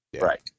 Right